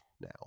now